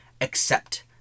accept